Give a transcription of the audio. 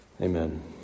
Amen